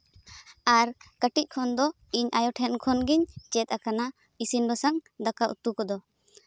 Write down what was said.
ᱟᱨ ᱠᱟᱹᱴᱤᱡ ᱠᱷᱚᱱ ᱫᱚ ᱤᱧ ᱟᱭᱳ ᱴᱷᱮᱱ ᱠᱷᱚᱱ ᱜᱤᱧ ᱪᱮᱫ ᱠᱟᱱᱟ ᱤᱥᱤᱱ ᱵᱟᱥᱟᱝ ᱫᱟᱠᱟ ᱩᱛᱩ ᱠᱚᱫᱚ